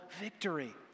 victory